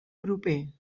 proper